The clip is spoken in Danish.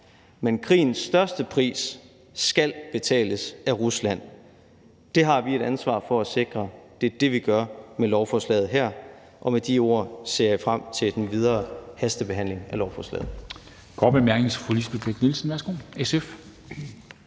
Men krigens største pris skal betales af Rusland. Det har vi et ansvar for at sikre. Det er det, vi gør med lovforslaget her. Med de ord ser jeg frem til den videre hastebehandling af lovforslaget.